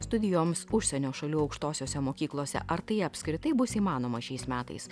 studijoms užsienio šalių aukštosiose mokyklose ar tai apskritai bus įmanoma šiais metais